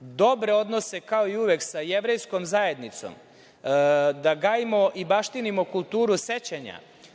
dobre odnose, kao i uvek, sa jevrejskom zajednicom, da gajimo i baštinimo kulturu sećanja,